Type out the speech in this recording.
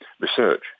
research